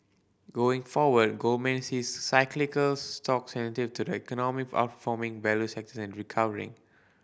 going forward Goldman sees cyclical stocks sensitive to the economy outperforming value sectors recovering